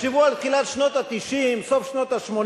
תחשבו על תחילת שנות ה-90, סוף שנות ה-80.